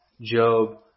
Job